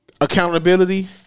Accountability